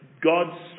God's